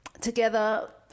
Together